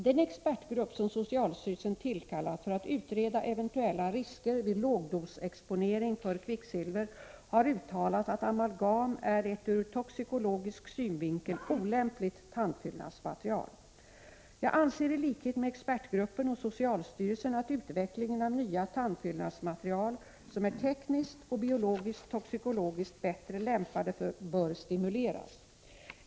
Den expertgrupp som socialstyrelsen tillkallat för att utreda eventuella risker vid lågdosexponering för kvicksilver har uttalat att amalgam är ett ur toxikologisk synvinkel olämpligt tandfyllnadsmaterial. Jag anser i likhet med expertgruppen och socialstyrelsen att utvecklingen av nya tandfyllnadsmaterial som är tekniskt och biologisk-toxikologiskt bättre lämpade bör stimuleras.